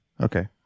okay